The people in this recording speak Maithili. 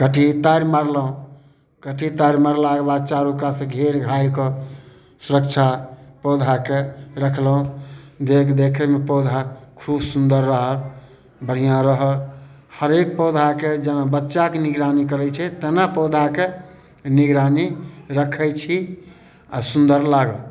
काँटी तार मारलहुँ काँटी तार मारलाकऽ बाद चारू कातसँ घेर घारि कऽ सुरक्षा पौधाके रखलहुँ देख देखयमे पौधा खूब सुन्दर रहऽ बढ़िआँ रहऽ हरेक पौधा के जेना बच्चाके निगरानी करय छै तेना पौधाके निगरानी रखय छी आओर सुन्दर लागल